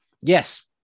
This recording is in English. yes